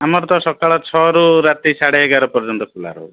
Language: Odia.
ଆମର ତ ସକାଳ ଛଅରୁ ରାତି ସାଢ଼େ ଏଗାର ପର୍ଯ୍ୟନ୍ତ ଖୋଲା ରହେ